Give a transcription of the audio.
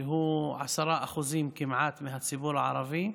שהוא כמעט 10% מהציבור הערבי,